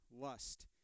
lust